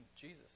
Jesus